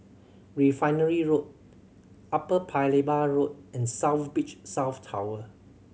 Refinery Road Upper Paya Lebar Road and South Beach South Tower